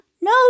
No